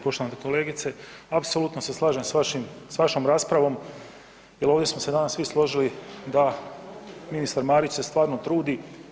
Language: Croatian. Poštovana kolegice, apsolutno se slažem s vašom raspravom jer ovdje smo se danas svi složili da ministar Marić se stvarno trudi.